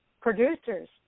producers